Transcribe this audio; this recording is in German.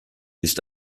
ist